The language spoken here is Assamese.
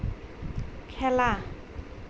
খেলা